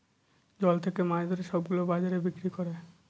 জল থাকে মাছ ধরে সব গুলো বাজারে বিক্রি করে